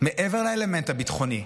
מעבר לאלמנט הביטחוני,